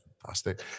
fantastic